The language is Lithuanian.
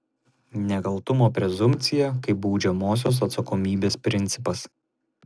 nekaltumo prezumpcija kaip baudžiamosios atsakomybės principas